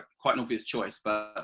quite obvious choice but